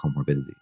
comorbidities